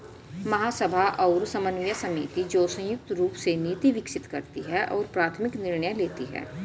महासभा और समन्वय समिति, जो संयुक्त रूप से नीति विकसित करती है और प्राथमिक निर्णय लेती है